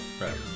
Right